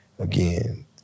Again